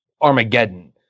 Armageddon